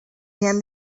him